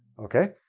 okay?